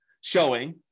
showing